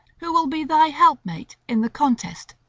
who will be thy helpmate in the contest,